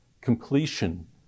completion